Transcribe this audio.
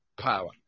power